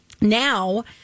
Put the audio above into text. Now